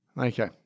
Okay